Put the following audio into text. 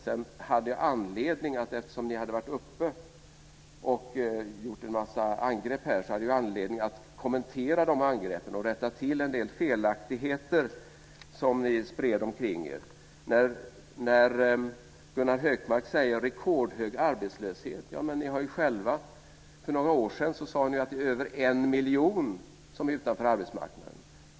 Sedan hade jag, eftersom ni hade varit uppe i debatten och gjort en mängd angrepp, anledning att kommentera de angreppen och att rätta till en del felaktigheter som ni spred omkring er. Gunnar Hökmark talar om en rekordhög arbetslöshet. Ja, men för några år sedan sade ni att det var över 1 miljon personer som stod utanför arbetsmarknaden.